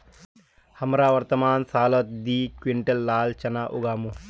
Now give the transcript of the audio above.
हमरा वर्तमान सालत दी क्विंटल लाल चना उगामु